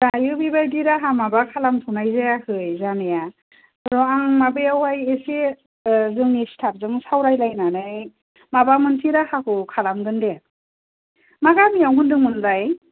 दायो बेबायदि राहा माबा खालामथ'नाय जायाखै जानाया र' आं माबायावहाय एसे जोंनि स्टाफ जों सावरायलायनानै माबा मोनसे राहाखौ खालामगोन दे मा गामियाव होनदोंमोनलाय